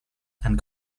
and